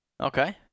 Okay